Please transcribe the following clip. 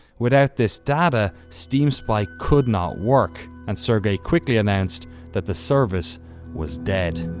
without this data steam spy could not work. and sergey quickly announced that the service was dead.